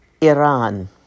Iran